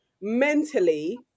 mentally